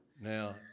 Now